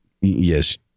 yes